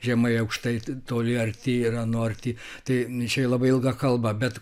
žemai aukštai toli arti yra nu arti tai čia labai ilga kalba bet